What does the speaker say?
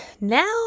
now